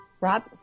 Rob